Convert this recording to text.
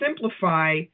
simplify